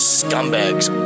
scumbags